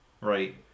Right